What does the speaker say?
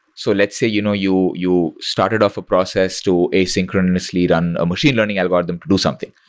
so let's say you know you you started off a process to asynchronously run a machine learning algorithm produce something.